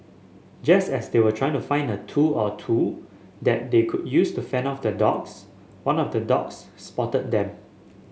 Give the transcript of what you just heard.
just as they were trying to find a tool or two that they could use to fend off the dogs one of the dogs spotted them